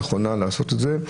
נכונה לעשות את זה,